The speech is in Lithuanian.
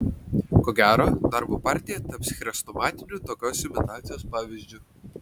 ko gero darbo partija taps chrestomatiniu tokios imitacijos pavyzdžiu